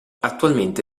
attualmente